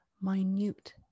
minute